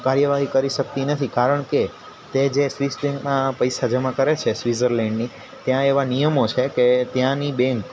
કાર્યવાહી કરી શકતી નથી કારણ કે તે જે સ્વિસ બેંકમાં પૈસા જમા કરે છે સ્વીઝર્લેન્ડની ત્યાં એવા નિયમો છે કે ત્યાંની બેન્ક